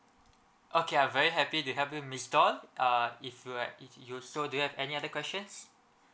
okay I'm very happy to help you miss doll uh if you'd like if you so do you have any other questions